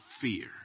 fear